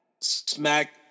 smack